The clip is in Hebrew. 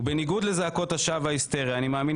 ובניגוד לזעקות השווא ההיסטרי אני מאמין